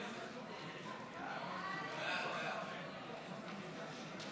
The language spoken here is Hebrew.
סעיפים 1 8